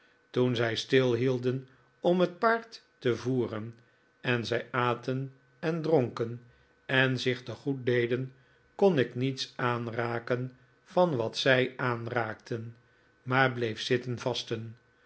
toen zij stilhielden om het paard te voeren en zij aten en dronken en zich te goed deden kon ik niets aanraken van wat zij aanraakten maar bleef zitten vasten